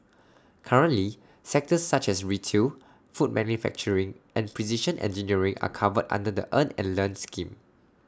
currently sectors such as retail food manufacturing and precision engineering are covered under the earn and learn scheme